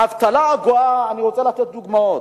האבטלה הגואה, אני רוצה לתת דוגמאות.